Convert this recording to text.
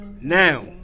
Now